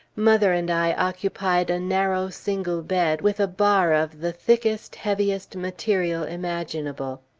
mother and i occupied a narrow single bed, with a bar of the thickest, heaviest material imaginable.